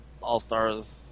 All-Stars